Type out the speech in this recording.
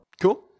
cool